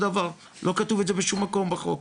לא כתוב את זה בשום מקום בחוק.